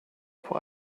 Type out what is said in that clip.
vor